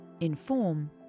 inform